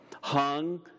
hung